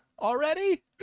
Already